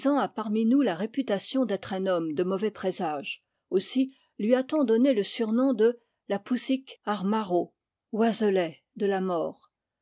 parmi nous la réputation d'être un homme de mauvais présage aussi lui a-t-on donné le surnom de lapousik ar maro